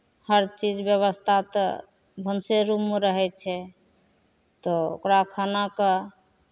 हर चीज व्यवस्था तऽ भनसे रूममे रहै छै तऽ ओकरा खानाके